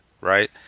right